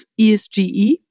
ESGE